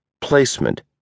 placement